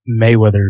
mayweather